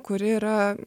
kuri yra